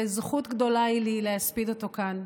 וזכות גדולה היא לי להספיד אותו כאן,